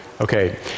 Okay